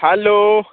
hello